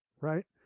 Right